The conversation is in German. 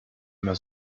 immer